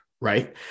right